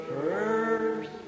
first